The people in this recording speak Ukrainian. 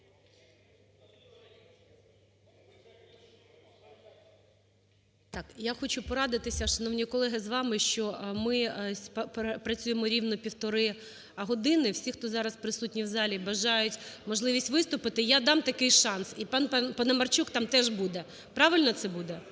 я хочу порадитися, шановні колеги, з вами, що ми працюємо рівно півтори години. Всі, хто зараз присутній у залі і бажають можливість виступити, я дам такий шанс, і пан Паламарчук там теж буде. Правильно це буде?